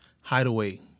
Hideaway